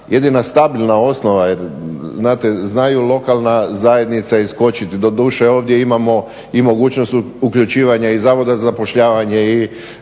jedina stabilna osnova jer znate znaju lokalna zajednica iskočit. Doduše, ovdje imamo i mogućnost uključivanja i Zavoda za zapošljavanje i